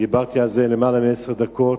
ודיברתי על זה למעלה מעשר דקות,